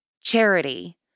charity